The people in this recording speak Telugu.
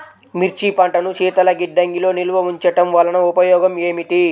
మిర్చి పంటను శీతల గిడ్డంగిలో నిల్వ ఉంచటం వలన ఉపయోగం ఏమిటి?